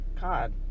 god